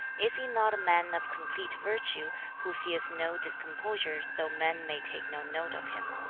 is he not a man of complete virtue, who feels no discomposure though men may take no note of him